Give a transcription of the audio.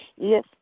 Yes